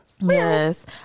Yes